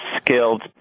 skilled